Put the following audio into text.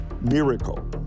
miracle